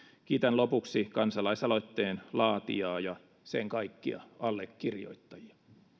kiitän lopuksi kansalaisaloitteen laatijaa ja sen kaikkia allekirjoittajia